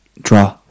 Draw